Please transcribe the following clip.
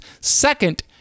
Second